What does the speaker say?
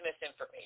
misinformation